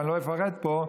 ואני לא אפרט פה,